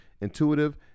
intuitive